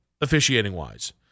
officiating-wise